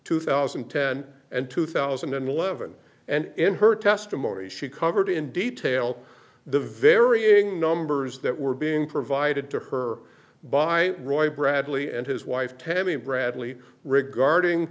two thousand and ten and two thousand and eleven and in her testimony she covered in detail the varying numbers that were being provided to her by roy bradley and his wife tammy bradley regarding